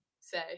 say